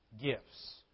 gifts